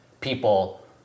people